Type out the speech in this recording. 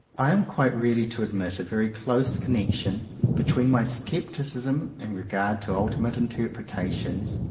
i am quite ready to admit a very close connection between my scepticism in regard to ultimate interpre tations,